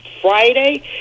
Friday